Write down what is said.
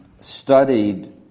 studied